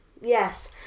yes